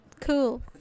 cool